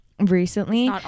recently